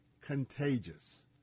contagious